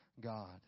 God